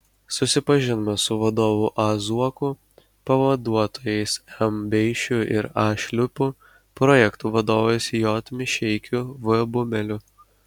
susipažinome su vadovu a zuoku pavaduotojais m beišiu ir a šliupu projektų vadovais j mišeikiu v bumeliu